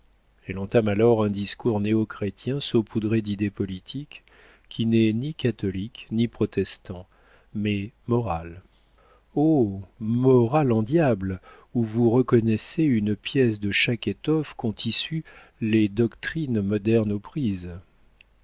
elle entame alors un discours néo chrétien saupoudré d'idées politiques qui n'est ni catholique ni protestant mais moral oh moral en diable où vous reconnaissez une pièce de chaque étoffe qu'ont tissue les doctrines modernes aux prises